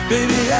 Baby